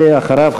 ואחריו,